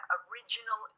original